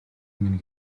минь